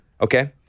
Okay